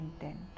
intent